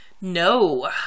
No